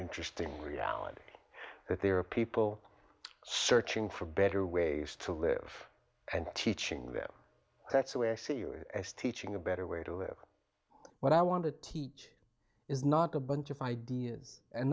interesting reality that there are people searching for better ways to live and teaching them that's the way i see teaching a better way to what i want to teach is not a bunch of ideas and